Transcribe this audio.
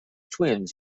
twins